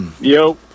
yo